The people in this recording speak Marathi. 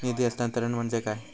निधी हस्तांतरण म्हणजे काय?